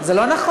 זה לא נכון.